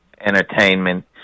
entertainment